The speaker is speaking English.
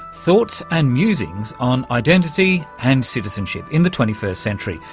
thoughts and musings on identity and citizenship in the twenty first century,